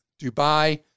Dubai